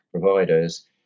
providers